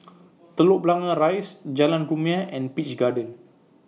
Telok Blangah Rise Jalan Rumia and Peach Garden